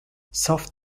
soft